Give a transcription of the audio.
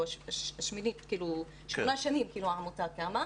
לפני שמונה שנים העמותה קמה.